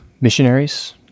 missionaries